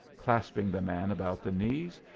clasping the man about the knees.